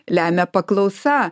lemia paklausa